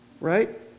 Right